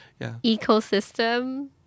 Ecosystem